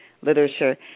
literature